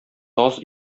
таз